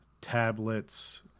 tablets